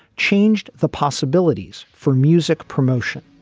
changed the possibilities for music promotion.